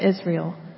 Israel